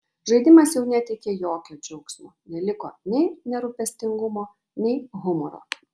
žaidimas jau neteikė jokio džiaugsmo neliko nei nerūpestingumo nei humoro